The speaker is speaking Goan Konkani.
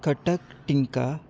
कटक टिंका